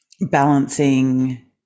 balancing